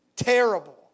Terrible